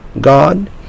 God